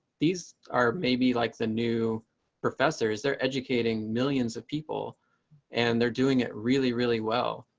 these are maybe like the new professors. they're educating millions of people and they're doing it really, really well.